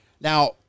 Now